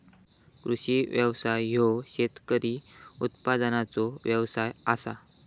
कृषी व्यवसाय ह्यो शेतकी उत्पादनाचो व्यवसाय आसा